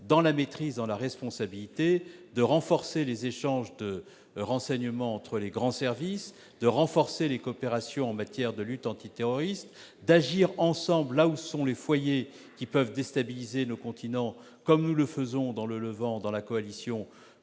dans la maîtrise et la responsabilité, de renforcer les échanges de renseignements entre les grands services, ainsi que les coopérations en matière de lutte antiterroriste, et d'agir ensemble là où sont les foyers susceptibles de déstabiliser nos continents, comme nous le faisons au Levant dans la coalition. Pour que